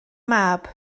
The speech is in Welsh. mab